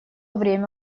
время